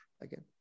again